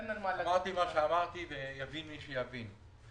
אמרתי מה שאמרתי, ויבין מי שיבין.